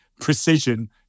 precision